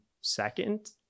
second